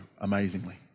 amazingly